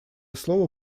слово